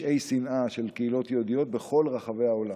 פשעי שנאה של קהילות יהודיות בכל רחבי העולם.